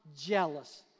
jealous